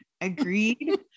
Agreed